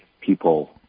people